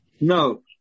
No